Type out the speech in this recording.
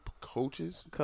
coaches